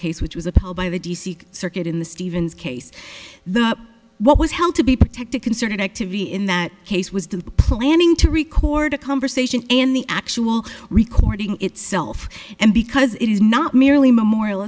case which was upheld by the d c circuit in the stevens case the what was held to be protected concerted activity in that case was do the planning to record a conversation in the actual recording itself and because it is not merely memorial